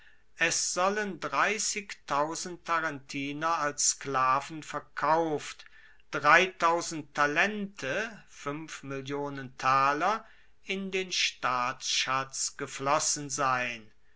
es sollen tarentiner als sklaven verkaufte mill taler in den staatsschatz geflossen sein